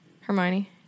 Hermione